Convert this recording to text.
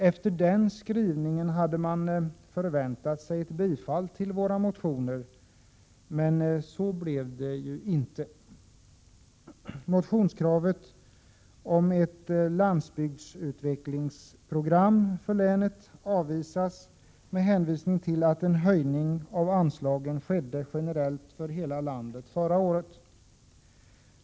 Med tanke på denna skrivning hade man kunnat vänta sig ett bifall till våra motioner. Men något bifall blev det alltså inte. Motionskravet om ett landsbygdsutvecklingsprogram för länet avvisas med hänvisning till den generella höjning av anslagen som skedde förra året och som alltså gällde hela landet.